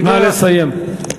נא לסיים.